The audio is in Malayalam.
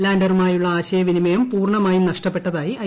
ലാൻഡറുമായുള്ള ആശയവിനിമയം പൂർണ്ണമായും നഷ്ടപ്പെട്ടതായി ഐ